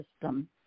system